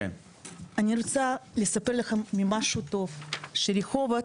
אני רוצה לספר לכם משהו טוב, שרחובות,